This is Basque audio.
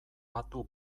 patu